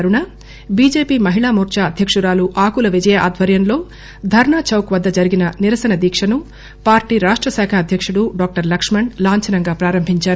అరుణ BJP Mahila Morcha అధ్యకురాలు ఆకుల విజయ అధ్యక్షతన ధర్నా చౌక్ వద్ద జరిగిన నిరసన దీక్షను పార్టీ రాష్ట శాఖ అధ్యకుడు డాక్టర్ లక్ష్మణ్ లాంఛనంగా ప్రారంభించారు